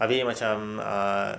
abeh macam uh